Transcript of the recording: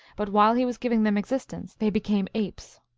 but while he was giving them existence they became apes.